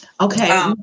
Okay